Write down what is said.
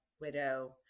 widow